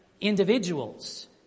individuals